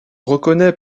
reconnaît